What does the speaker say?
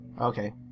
Okay